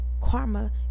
karma